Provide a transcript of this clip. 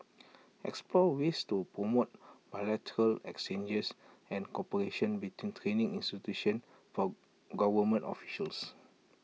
explore ways to promote bilateral exchanges and cooperation between training institutions for government officials